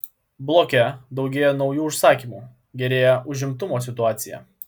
bloke daugėja naujų užsakymų gerėja užimtumo situacija